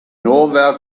nowhere